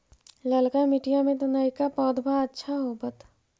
ललका मिटीया मे तो नयका पौधबा अच्छा होबत?